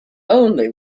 only